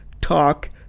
talk